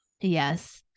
Yes